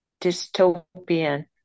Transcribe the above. Dystopian